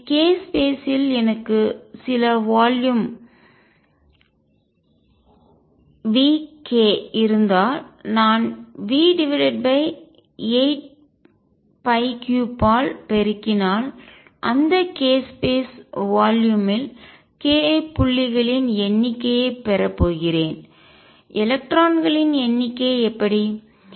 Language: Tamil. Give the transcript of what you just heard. எனவே k ஸ்பேஸ் யில் எனக்கு சில வால்யும் தொகுதி Vk இருந்தால் நான் V83 ஆல் பெருக்கினால் அந்த k ஸ்பேஸ் வால்யும் தொகுதி யில் k புள்ளிகளின் எண்ணிக்கையைப் பெறப் போகிறேன் எலக்ட்ரான்களின் எண்ணிக்கை எப்படி